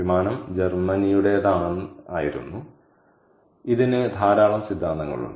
വിമാനം ജർമ്മനിയുടേതാണെന്ന് ആയിരുന്നു ഇതിന് ധാരാളം സിദ്ധാന്തങ്ങളുണ്ട്